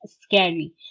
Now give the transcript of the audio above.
scary